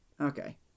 Okay